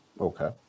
Okay